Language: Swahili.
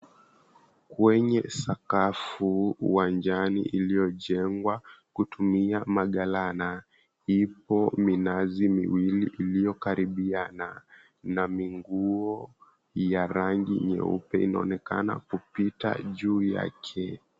Kwenye sakafu uwanjani iliojengwa kutumia magalana ipo minazi miwili iliokaribiana na minguo ya rangi nyeupe inaonekana kupita juu yake.